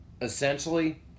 essentially